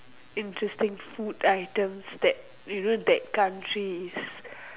interesting food items that you know that country is